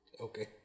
Okay